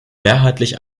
mehrheitlich